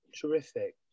terrific